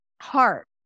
heart